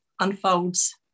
unfolds